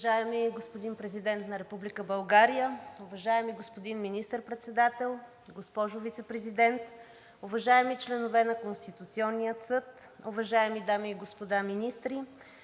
Уважаеми господин Президент на Република България, уважаеми господин Министър-председател, уважаема госпожо Вицепрезидент, уважаеми членове на Конституционния съд, уважаеми госпожи и господа министри,